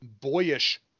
boyish